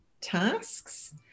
tasks